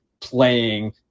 playing